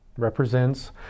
represents